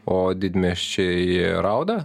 o didmiesčiai rauda